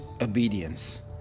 obedience